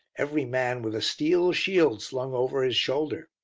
every man with a steel shield slung over his shoulder.